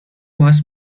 باس